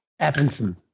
Appinson